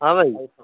ହଁ ଭାଇ